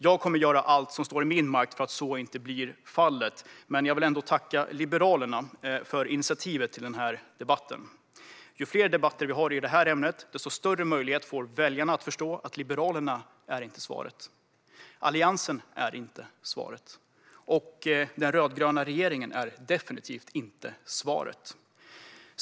Jag kommer att göra allt som står i min makt för att så inte ska bli fallet, men jag vill ändå tacka Liberalerna för initiativet till den här debatten. Ju fler debatter vi har i det här ämnet, desto större möjlighet får väljarna att förstå att Liberalerna inte är svaret. Alliansen är inte svaret, och den rödgröna regeringen är definitivt inte svaret.